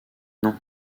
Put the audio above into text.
non